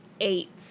eight